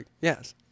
Yes